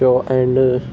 show and